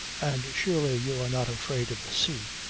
and surely you are not afraid of the sea.